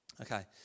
Okay